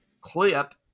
clip